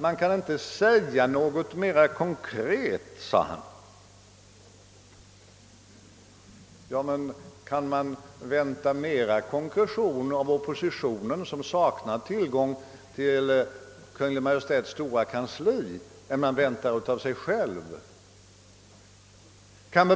Man kan inte säga något mera konkret, sade han. Men kan man då vänta mera konkretion av oppositionen, som ju saknar tillgång till Kungl. Maj:ts stora kansli? Kan man